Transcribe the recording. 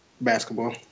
Basketball